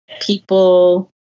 people